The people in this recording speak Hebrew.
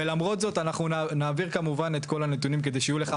ולמרות זאת אנחנו נעביר כמובן את כל הנתונים כדי שיהיו לך.